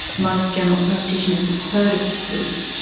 most general practitioners have heard of this,